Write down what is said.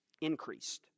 increased